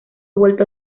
vuelto